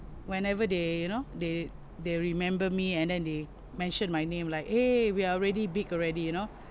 whenever they you know they they remember me and then they mentioned my name like !hey! we are already big already you know